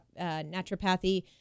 naturopathy